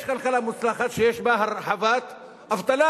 יש כלכלה מוצלחת שיש בה הרחבת האבטלה.